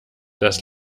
das